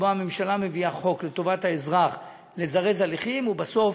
שבו הממשלה מביאה חוק לטובת האזרח לזרז הליכים ובסוף